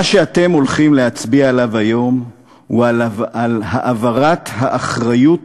מה שאתם הולכים להצביע עליו היום הוא העברת האחריות